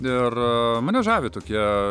ir mane žavi tokie